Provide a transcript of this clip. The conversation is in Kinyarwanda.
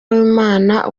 w’imana